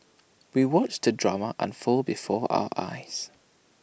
we watched the drama unfold before our eyes